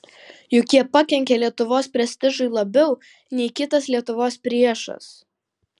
juk jie pakenkė lietuvos prestižui labiau nei kitas lietuvos priešas